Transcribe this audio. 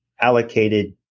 allocated